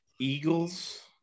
Eagles